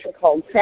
called